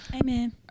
Amen